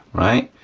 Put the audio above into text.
right?